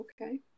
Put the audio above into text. Okay